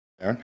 Aaron